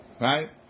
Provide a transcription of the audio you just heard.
Right